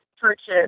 purchase